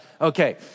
Okay